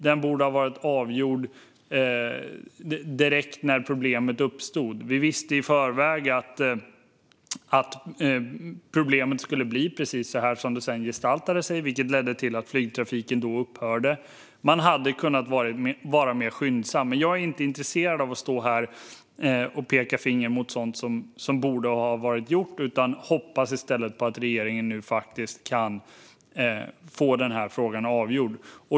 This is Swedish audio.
Den borde ha avgjorts direkt när problemet uppstod. Vi visste i förväg att problemet skulle bli precis så som det sedan gestaltade sig, vilket ledde till att flygtrafiken upphörde. Man hade kunnat hantera det mer skyndsamt. Men jag är inte intresserad av att stå här och peka finger mot sådant som borde ha varit gjort utan hoppas i stället på att regeringen nu faktiskt kan få den här frågan avgjord.